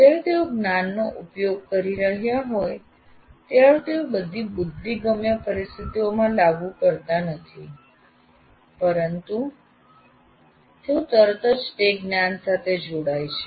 જ્યારે તેઓ જ્ઞાનનો ઉપયોગ કરી રહ્યા હોય ત્યારે તેઓ તે બધી બુદ્ધિગમ્ય પરિસ્થિતિઓમાં લાગુ કરતા નથી પરંતુ તેઓ તરત જ તે જ્ઞાન સાથે જોડાય છે